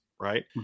right